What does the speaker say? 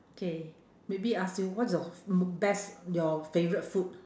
K maybe ask you what's your best your favourite food